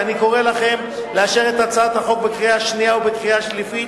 ואני קורא לכם לאשר את הצעת החוק בקריאה השנייה ובקריאה השלישית,